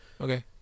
Okay